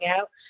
out